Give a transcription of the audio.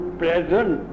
present